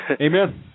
Amen